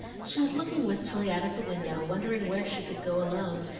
she was looking wistfully out of the window wondering where she could go alone,